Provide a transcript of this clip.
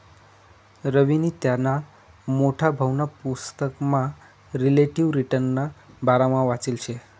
रवीनी त्याना मोठा भाऊना पुसतकमा रिलेटिव्ह रिटर्नना बारामा वाचेल शे